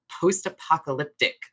post-apocalyptic